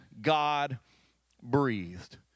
God-breathed